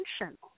attention